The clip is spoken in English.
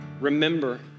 remember